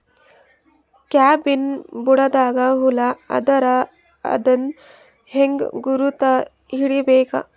ಕಬ್ಬಿನ್ ಬುಡದಾಗ ಹುಳ ಆದರ ಅದನ್ ಹೆಂಗ್ ಗುರುತ ಹಿಡಿಬೇಕ?